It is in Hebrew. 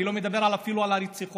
אני אפילו לא מדבר על הרציחות.